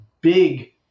big